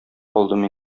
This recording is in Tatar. калдым